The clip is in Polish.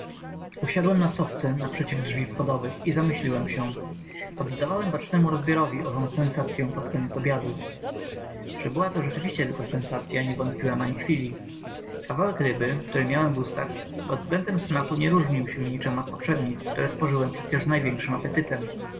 usiadłem na sofce naprzeciw drzwi wchodowych i zamyśliłem się poddawałem bacznemu rozbiorowi ową sensacyę pod koniec obiadu że była to rzeczywiście tylko sensacya nie wątpiłem ani chwili kawałek ryby który miałem w ustach pod względem smaku nie różnił się niczem od poprzednich które spożyłem przecież z największym apetytem